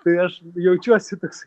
tai aš jaučiuosi toks